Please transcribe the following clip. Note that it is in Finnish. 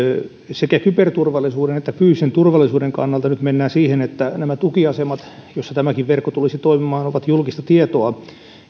sekä kyberturvallisuuden että fyysisen turvallisuuden kannalta nyt mennään siihen että nämä tukiasemat joissa tämäkin verkko tulisi toimimaan ovat julkista tietoa